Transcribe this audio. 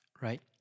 right